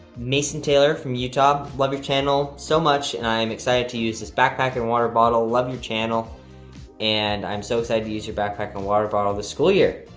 mason taylor from utah, love your channel so much and i am excited to use this backpack and water bottle, love your channel and i'm so excited to use your backpack and water bottle this school year.